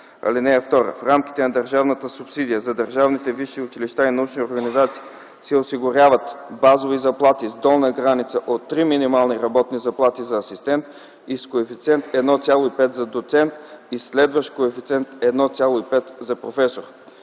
„(2) В рамките на държавната субсидия за държавните висши училища и научни организации се осигуряват базови заплати с долна граница от три минимални работни заплати за асистент и с коефициент 1,5 за доцент и следващ коефициент 1,5 за професор.”